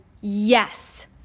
yes